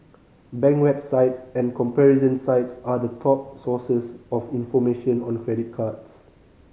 bank websites and comparison sites are the top sources of information on credit cards